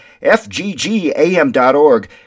fggam.org